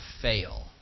fail